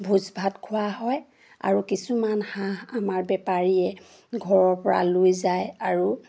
ভোজ ভাত খোৱা হয় আৰু কিছুমান হাঁহ আমাৰ বেপাৰীয়ে ঘৰৰপৰা লৈ যায় আৰু